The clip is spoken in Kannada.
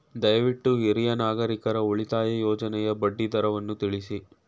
ದಯವಿಟ್ಟು ಹಿರಿಯ ನಾಗರಿಕರ ಉಳಿತಾಯ ಯೋಜನೆಯ ಬಡ್ಡಿ ದರವನ್ನು ತಿಳಿಸಿ